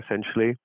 essentially